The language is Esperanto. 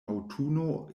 aŭtuno